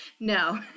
No